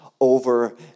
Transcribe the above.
over